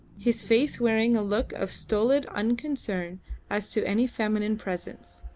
his face wearing a look of stolid unconcern as to any feminine presence.